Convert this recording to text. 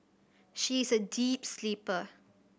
she is a deep sleeper